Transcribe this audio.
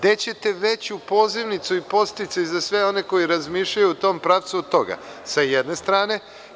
Gde ćete veću pozivnicu i podsticaj za sve one koji razmišljaju u tom pravcu od toga, s jedne strane?